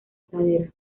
pradera